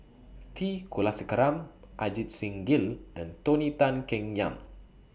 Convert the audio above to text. T Kulasekaram Ajit Singh Gill and Tony Tan Keng Yam